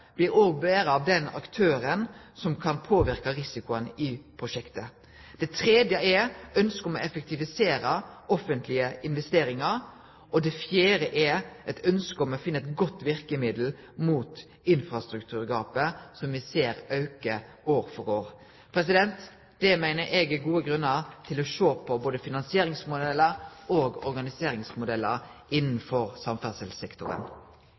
av den aktøren som kan påverke risikoen i prosjektet. Det tredje er ønsket om å effektivisere offentlege investeringar, og det fjerde er eit ønske om å finne eit godt verkemiddel mot det infrastrukturgapet som me ser auke år for år. Det meiner eg er gode grunnar til å sjå både på finansieringsmodellar og på organiseringsmodellar innanfor samferdselssektoren.